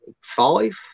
Five